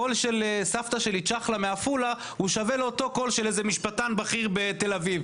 הקול של סבתא שלי צ'חלה מעפולה שווה לאותו קול של משפטן בכיר בתל אביב.